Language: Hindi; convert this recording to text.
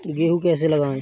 गेहूँ कैसे लगाएँ?